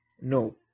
no